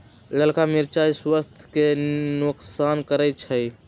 ललका मिरचाइ स्वास्थ्य के नोकसान करै छइ